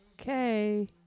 Okay